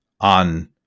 on